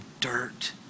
dirt